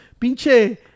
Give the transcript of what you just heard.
pinche